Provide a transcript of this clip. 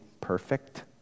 perfect